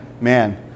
man